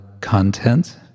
content